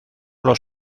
los